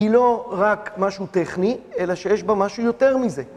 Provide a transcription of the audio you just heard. היא לא רק משהו טכני, אלא שיש בה משהו יותר מזה.